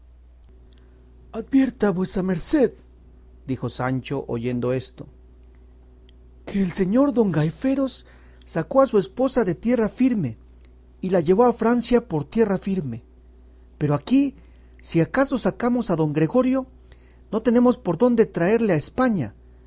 advierta vuesa merced dijo sancho oyendo esto que el señor don gaiferos sacó a sus esposa de tierra firme y la llevó a francia por tierra firme pero aquí si acaso sacamos a don gregorio no tenemos por dónde traerle a españa